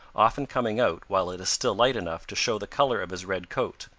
often coming out while it is still light enough to show the color of his red coat.